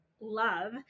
love